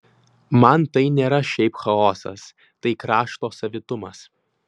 man tai nėra šiaip chaosas tai krašto savitumas